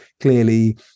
clearly